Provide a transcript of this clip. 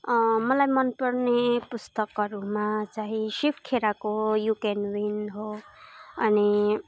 मलाई मन पर्ने पुस्तकहरूमा चाहिँ शिव खेरको यू क्यान विन हो अनि